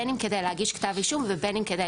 בין שכדי להגיש כתב אישום ובין שכדי לפתוח בחקירה.